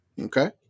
Okay